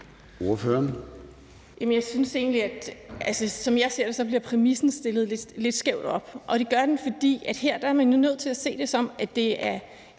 Heidi Bank (V): Som jeg ser det, bliver præmissen stillet lidt skævt op, og det gør den, for her er man jo nødt til at se det sådan, at det er